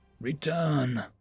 return